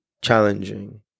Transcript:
challenging